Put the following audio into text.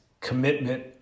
commitment